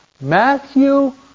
Matthew